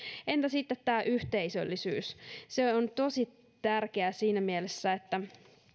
entä sitten tämä yhteisöllisyys se on tosi tärkeää siinä mielessä että